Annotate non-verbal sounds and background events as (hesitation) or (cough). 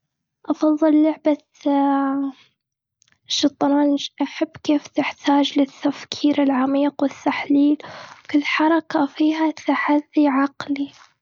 أفضل لعبة (hesitation) الشطرنج. أحب كيف تحتاج للتفكير العميق والتحليل. كل حركة فيها تحدي عقلي.